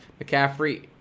McCaffrey